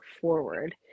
forward